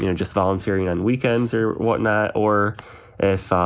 you know just volunteering on weekends or whatnot, or if, ah